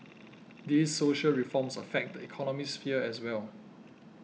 these social reforms affect the economic sphere as well